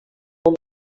hom